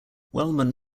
wellman